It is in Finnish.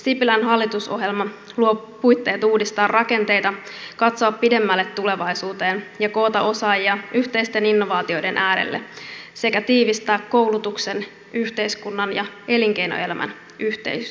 sipilän hallitusohjelma luo puitteet uudistaa rakenteita katsoa pidemmälle tulevaisuuteen koota osaajia yhteisten innovaatioiden äärelle sekä tiivistää koulutuksen yhteiskunnan ja elinkeinoelämän yhteyksiä